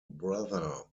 brother